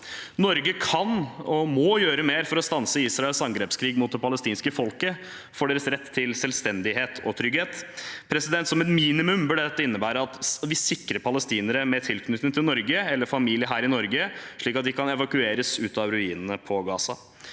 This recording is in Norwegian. Norge kan og må gjøre mer for å stanse Israels angrepskrig mot det palestinske folket, for deres rett til selvstendighet og trygghet. Som et minimum bør dette innebære at vi sikrer palestinere med tilknytning til Norge eller familie her i Norge, slik at de kan evakueres ut av ruinene i Gaza.